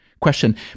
question